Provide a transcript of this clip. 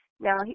Now